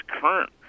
current